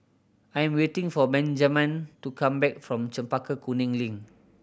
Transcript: I am waiting for Benjaman to come back from Chempaka Kuning Link